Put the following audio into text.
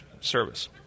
service